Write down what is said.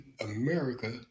America